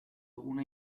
una